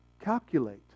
calculate